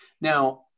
Now